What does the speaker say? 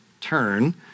turn